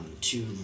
Two